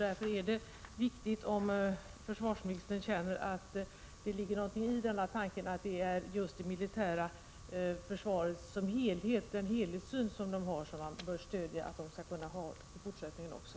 Därför är det viktigt att veta om försvarsministern menar att det ligger någonting i tanken att den helhetssyn på försvaret som de vapenfria har bör stödjas, så att de kan ha kvar den i fortsättningen också.